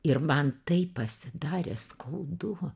ir man taip pasidarė skaudu